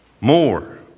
More